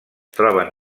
troben